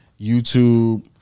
YouTube